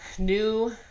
New